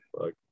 fuck